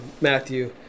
Matthew